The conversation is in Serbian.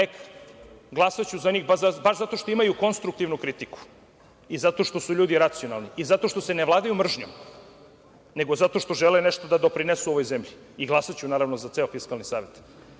neka, glasaću za njih baš zato što imaju konstruktivnu kritiku i zato što su ljudi racionalni i zato što se ne vladju mržnjom, nego zato što žele nešto da doprinesu ovoj zemlji i glasaću, naravno, za ceo Fiskalni